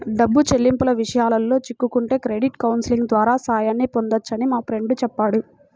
డబ్బు చెల్లింపుల విషయాల్లో చిక్కుకుంటే క్రెడిట్ కౌన్సిలింగ్ ద్వారా సాయాన్ని పొందొచ్చని మా ఫ్రెండు చెప్పాడు